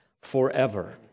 forever